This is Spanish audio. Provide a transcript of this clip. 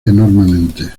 enormemente